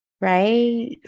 right